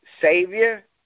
Savior